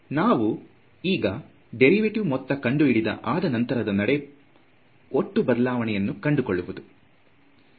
ಈಗ ನಾವು ಡೇರಿವೇಟಿವ್ ಮೊತ್ತ ಕಂಡು ಹಿಡಿದ ಅದ ನಂತರದ ನಡೆ ಒಟ್ಟು ಬದಲಾವಣೆಯನ್ನು ಕಂಡು ಕೊಳ್ಳುವುದು